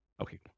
Okay